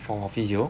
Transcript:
for a physio